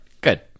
Good